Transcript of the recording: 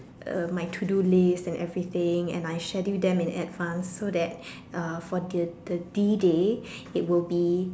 uh my to do list and everything and I scheduled them in advance so that uh for the the D day it will be